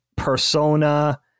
persona